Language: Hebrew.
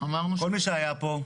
כל מי שהיה פה,